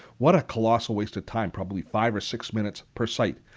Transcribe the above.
what a colossal waste of time! probably five or six minutes per site.